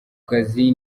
kazi